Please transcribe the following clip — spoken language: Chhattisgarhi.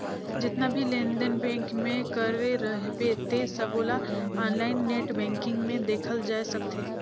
जेतना भी लेन देन बेंक मे करे रहबे ते सबोला आनलाईन नेट बेंकिग मे देखल जाए सकथे